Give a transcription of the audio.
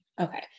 Okay